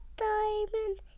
diamond